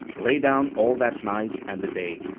lay down all that night and the day,